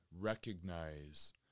recognize